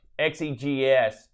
XEGS